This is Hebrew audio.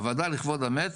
הוועדה לכבוד המת